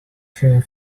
here